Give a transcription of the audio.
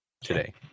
today